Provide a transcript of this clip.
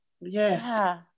Yes